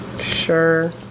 Sure